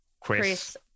Chris